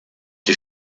die